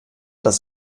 das